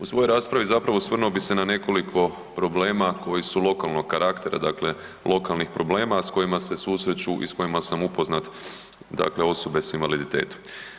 U svojoj raspravu, zapravo, osvrnuo bih na nekoliko problema koji su lokalnog karaktera, dakle lokalnih problema, a s kojima se susreću i s kojima sam upoznat dakle, osobe s invaliditetom.